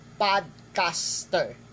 podcaster